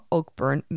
Oakburn